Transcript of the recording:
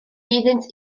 iddynt